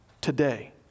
today